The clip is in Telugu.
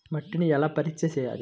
మట్టిని ఎలా పరీక్ష చేయాలి?